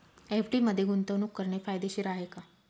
FD मध्ये गुंतवणूक करणे फायदेशीर आहे का?